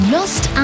Lost